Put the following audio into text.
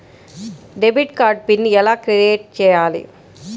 Debit card pin ఎలా create చెయ్యాలి?